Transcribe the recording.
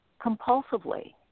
compulsively